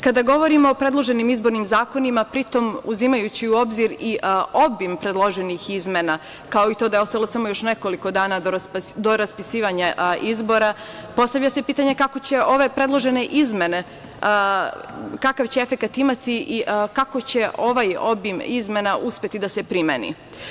Kada govorimo o predloženim izbornim zakonima, pri tom uzimajući u obzir i obim predloženih izmena, kao i to da je ostalo samo nekoliko dana do raspisivanja izbora, postavlja se pitanje kako će ove predložene izmene, kakav će efekat imati i kako će ovaj obim izmena uspeti da se primeni.